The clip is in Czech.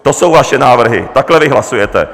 To jsou vaše návrhy, takhle vy hlasujete.